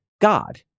God